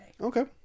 okay